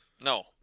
No